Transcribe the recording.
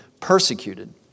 persecuted